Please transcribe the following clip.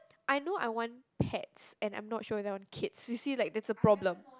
I know I want pets and I'm not sure whether I want kids you see like that's a problem